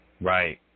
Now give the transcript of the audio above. Right